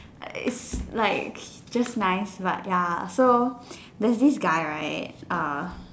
it's like just nice but ya so there's this guy right uh